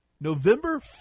November